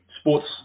sports